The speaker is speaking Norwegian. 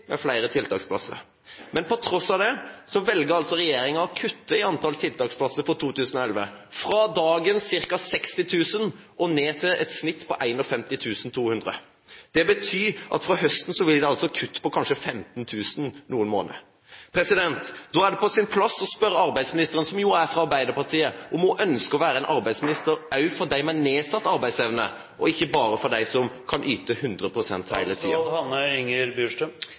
med flere tiltaksplasser. På tross av det velger altså regjeringen å kutte i antall tiltaksplasser for 2011 – fra dagens ca. 60 000 og ned til et snitt på 51 200. Det betyr at fra høsten blir det et kutt på kanskje 15 000 noen måneder. Da er det på sin plass å spørre arbeidsministeren, som er fra Arbeiderpartiet, om hun ønsker å være en arbeidsminister også for dem med nedsatt arbeidsevne og ikke bare for dem som kan yte